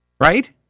right